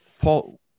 Paul